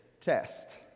test